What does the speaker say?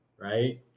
right